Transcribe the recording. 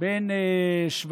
בן 17: